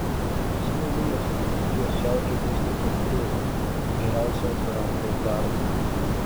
esu laimingas jog dzūkijos jaučiui buvo skirtas prizas už geriausią operatoriaus darbą